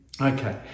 Okay